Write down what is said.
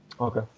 Okay